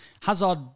Hazard